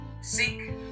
seek